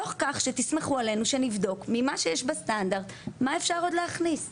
תוך כך שתסמכו עלינו שנבדוק ממה שיש בסטנדרט מה אפשר עוד להכניס.